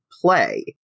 play